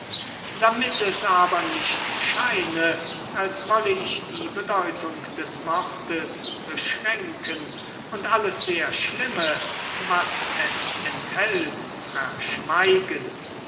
damit es nicht scheine als wolle ich die bedeutung beschränken und alles sehr schlimme was es enthält verschweigen